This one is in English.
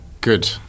Good